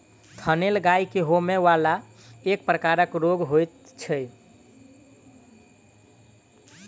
थनैल गाय के होमय बला एक प्रकारक रोग होइत छै